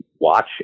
watch